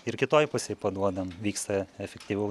ir kitoj pusėj paduodam vyksta efektyviau